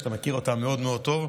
שאתה מכיר אותה מאוד מאוד טוב.